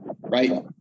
right